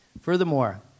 Furthermore